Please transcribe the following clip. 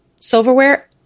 silverware